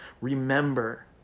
Remember